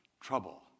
Trouble